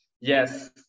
yes